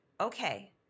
Okay